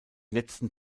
letzten